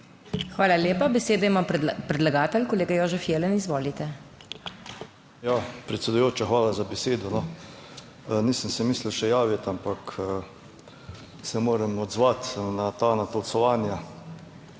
Hvala lepa. Besedo ima predlagatelj, kolega Jožef Jelen. Izvolite. JOŽEF JELEN (PS SDS): Ja, predsedujoča, hvala za besedo. Nisem se mislil še javiti, ampak se moram odzvati na ta natolcevanja,